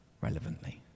relevantly